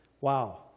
Wow